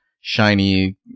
shiny